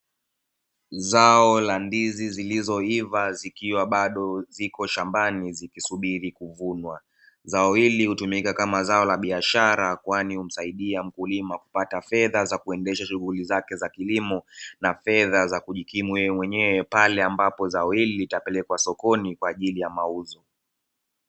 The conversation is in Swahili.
Zao la ndizi zilizoiva zikiwa bado zipo shambani zikisubiri kuvunwa, zao hili hutumika kama zao la biashara kwani humsaidia mkulima kupata fedha za kuendesha shughuli zake na fedha za kujikimu yeye mwenyewe pale ambapo zao hili litapelekwa sokoni kwa ajili ya mauzo.